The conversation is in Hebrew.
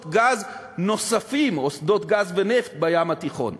גז נוספים או שדות גז ונפט בים התיכון.